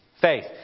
faith